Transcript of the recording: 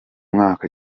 mwaka